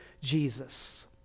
Jesus